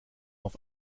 auf